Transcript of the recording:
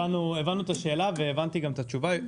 הבנו את השאלה והבנתי גם את התשובה.